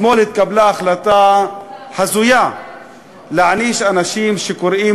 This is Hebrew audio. אתמול התקבלה החלטה הזויה להעניש אנשים שקוראים